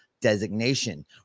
Designation